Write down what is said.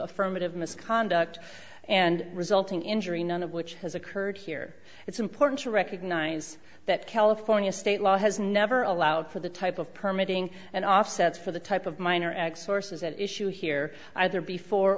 affirmative misconduct and resulting injury none of which has occurred here it's important to recognize that california state law has never allowed for the type of permitting and offsets for the type of minor acts forces at issue here either before